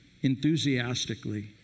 enthusiastically